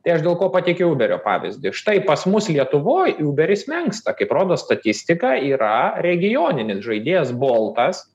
tai aš dėl ko pateikiau uberio pavyzdį štai pas mus lietuvoj uberis menksta kaip rodo statistika yra regioninis žaidėjas boltas